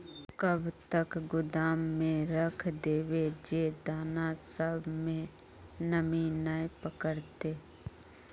कब तक गोदाम में रख देबे जे दाना सब में नमी नय पकड़ते?